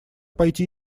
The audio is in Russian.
пойти